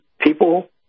people